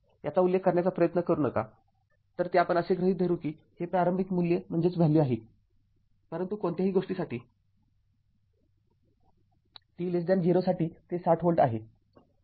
याचा उल्लेख करण्याचा प्रयत्न करू नका तर आपण असे गृहीत धरू की ते प्रारंभिक मूल्य आहे परंतु कोणत्याही गोष्टीसाठी t 0 साठी ते ६० V आहे